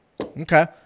Okay